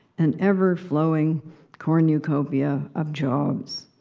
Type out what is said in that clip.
an ever-flowing cornucopia of jobs.